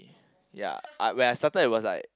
ya I when I started it was like